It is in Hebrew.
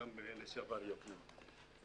וגם לשעבר יקנעם.